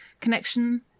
connection